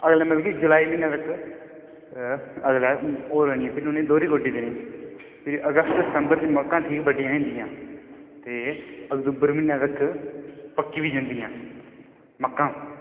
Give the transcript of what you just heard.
अगलै मतलव की जुलाई म्हीनैं तक अगलै होई जानियां फ्ही उनेंगी दोह्री गोड्डी देनीं फ्ही अगस्त ते सतंबर च मक्कां ठीक बड्डियां होई जंदियां ते अक्तूबर महीनां तक्कर पक्की बी जंदियां मक्कां